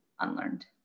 unlearned